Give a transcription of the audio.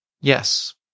Yes